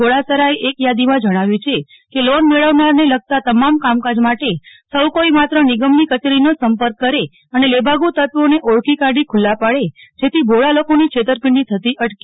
ધોડાસરાએ એક થાદી માં જણાવ્યુ છે કે લોન મેળવવાને લગતા તમામ કામકાજ માટે સૌ કોઈ માત્ર નિગમની કચેરીનો જ સંપર્ક કરે અને લેભાગુ તત્વો ને ઓળખી કાઢી ખુલ્લા પાડે જેથી ભોળા લોકો ની છેતરપિંડી થતી અટકે